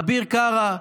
אביר קארה,